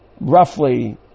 Roughly